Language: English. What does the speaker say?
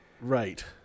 Right